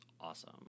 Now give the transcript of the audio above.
awesome